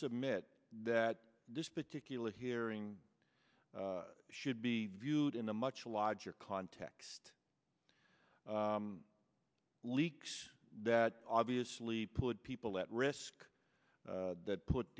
submit that this particular hearing should be viewed in a much larger context leaks that obviously put people at risk that put